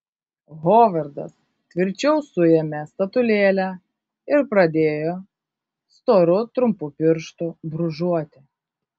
hovardas tvirčiau suėmė statulėlę ir pradėjo storu trumpu pirštu brūžuoti